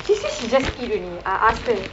she say she just eat only I asked her